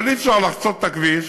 אבל אי-אפשר לחצות את הכביש